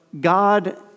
God